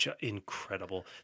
incredible